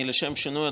אני לשם שינוי,